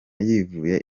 yivuye